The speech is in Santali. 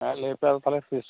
ᱞᱟᱹᱭ ᱯᱮ ᱛᱟᱦᱚᱞᱮ ᱛᱤᱥ